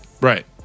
Right